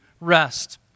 rest